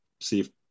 see